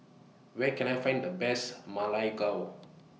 Where Can I Find The Best Ma Lai Gao